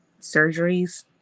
Surgeries